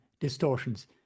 distortions